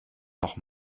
noch